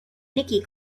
nicky